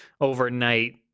overnight